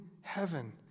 heaven